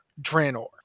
Draenor